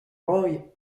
roy